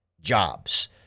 Jobs